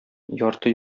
ярты